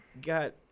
got